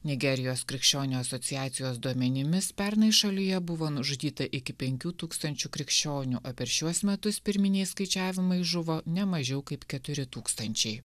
nigerijos krikščionių asociacijos duomenimis pernai šalyje buvo nužudyta iki penkių tūkstančių krikščionių o per šiuos metus pirminiais skaičiavimais žuvo ne mažiau kaip keturi tūkstančiai